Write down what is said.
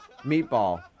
meatball